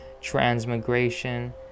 transmigration